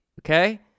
okay